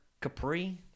Capri